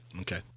Okay